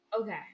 okay